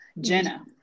Jenna